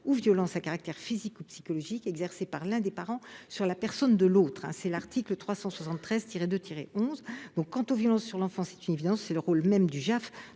ou violences à caractère physique ou psychologique exercées par l'un des parents sur la personne de l'autre. Quant aux violences sur l'enfant, c'est une évidence : le rôle même du JAF